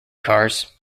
cars